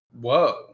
Whoa